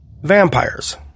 vampires